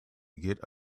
get